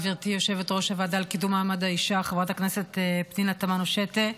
גברתי יושבת-ראש הוועדה לקידום מעמד האישה חברת הכנסת פנינה תמנו שטה.